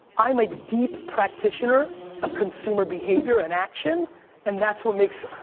i'm a deep practitioner of consumer behavior in action and that's what makes,